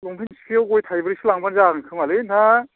लंफेन सिफियाव गय थाइब्रैसो लांबानो जागोन खोमालै नोंथां